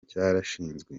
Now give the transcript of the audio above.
cyarashinzwe